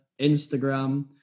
Instagram